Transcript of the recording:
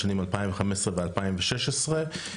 בשנים 2015 ו- 2016,